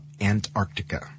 Antarctica